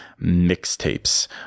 Mixtapes